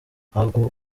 akomeza